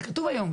זה כתוב היום,